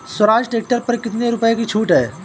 Swaraj tractor पर कितनी रुपये की छूट है?